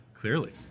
clearly